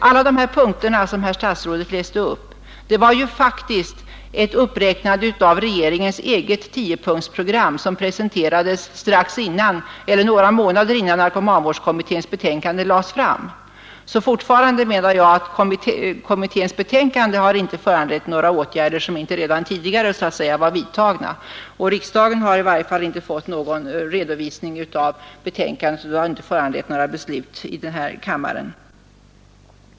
Alla de punkter som herr statsrådet läste upp var faktiskt ett uppräknande av regeringens eget tiopunktsprogram, som presenterades strax innan — eller några månader innan — narkomanvårdskommitténs betänkande lades fram. Därför menar jag fortfarande att kommittébetänkandet inte har föranlett några åtgärder som så att säga inte redan var vidtagna. Riksdagen har i varje fall inte fått någon redovisning av betänkandet, och det har inte föranlett några beslut här i kammaren.